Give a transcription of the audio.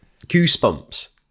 Goosebumps